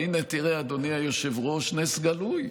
והנה, תראה, אדוני היושב-ראש, נס גלוי: